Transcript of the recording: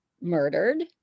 murdered